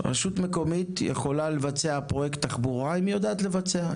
רשות מקומית יכולה לבצע פרויקט תחבורה אם היא יודעת לבצע.